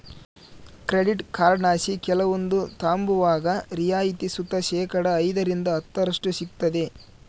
credit ಕಾರ್ಡ್ಲಾಸಿ ಕೆಲವೊಂದು ತಾಂಬುವಾಗ ರಿಯಾಯಿತಿ ಸುತ ಶೇಕಡಾ ಐದರಿಂದ ಹತ್ತರಷ್ಟು ಸಿಗ್ತತೆ